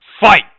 Fight